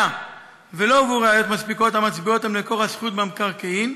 היה ולא הובאו ראיות מספיקות המצביעות על מקור הזכות במקרקעין,